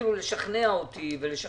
ויתחילו לשכנע אותי ואת